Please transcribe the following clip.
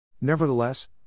Nevertheless